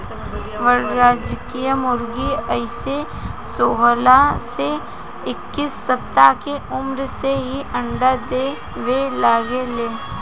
वाणिज्यिक मुर्गी अइसे सोलह से इक्कीस सप्ताह के उम्र से ही अंडा देवे लागे ले